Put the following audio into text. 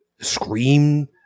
Scream